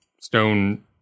stone